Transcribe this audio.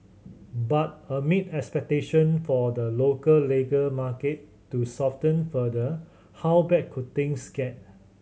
but amid expectation for the local labour market to soften further how bad could things get